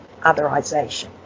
otherisation